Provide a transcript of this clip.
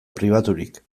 pribaturik